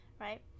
right